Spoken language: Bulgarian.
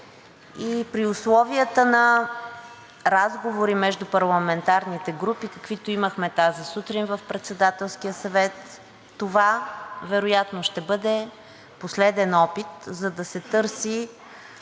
При условията на разговори между парламентарните групи – каквито имахме тази сутрин на Председателския съвет, това вероятно ще бъде последен опит, за да се търси